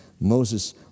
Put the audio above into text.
Moses